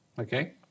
okay